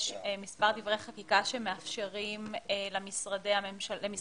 יש מספר דברי חקיקה שמאפשרים למשרדי הממשלה